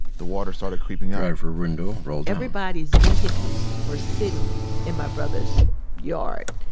the water started creeping up everybody's vehicles were sitting in my brother's yard.